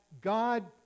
God